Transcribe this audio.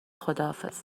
خداحافظ